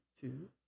two